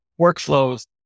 workflows